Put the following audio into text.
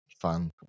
fun